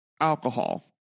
alcohol